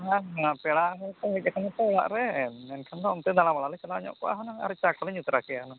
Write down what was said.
ᱦᱮᱸ ᱦᱮᱸ ᱯᱮᱲᱟ ᱠᱚᱦᱚᱸ ᱠᱚ ᱦᱮᱡ ᱟᱠᱟᱱᱟ ᱛᱚ ᱚᱲᱟᱜ ᱨᱮ ᱢᱮᱱᱠᱷᱟᱱ ᱫᱚ ᱚᱱᱛᱮ ᱫᱟᱬᱟ ᱵᱟᱲᱟ ᱞᱮ ᱪᱟᱞᱟᱣ ᱧᱚᱜ ᱠᱚᱜᱼᱟ ᱦᱩᱱᱟᱹᱝ ᱟᱨ ᱪᱟ ᱠᱚᱞᱮ ᱧᱩ ᱛᱟᱨᱟ ᱠᱮᱭᱟ ᱦᱩᱱᱟᱹᱝ